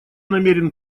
намерен